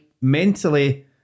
mentally